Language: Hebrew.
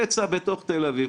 פצע בתוך תל אביב.